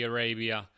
Arabia